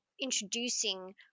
introducing